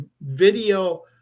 video